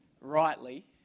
rightly